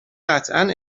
قطعا